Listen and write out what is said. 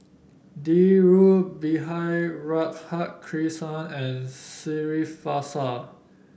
Dhirubhai Radhakrishnan and Srinivasa